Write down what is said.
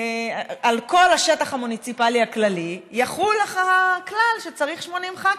על כל השטח המוניציפלי הכללי יחול הכלל שצריך 80 ח"כים.